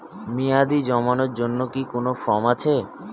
মেয়াদী জমানোর জন্য কি কোন ফর্ম আছে?